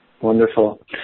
Wonderful